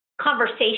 conversation